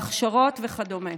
בהכשרות וכדומה.